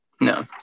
No